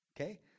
okay